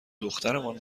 دخترمان